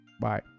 Bye